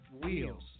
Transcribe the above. wheels